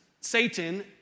Satan